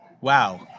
Wow